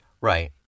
right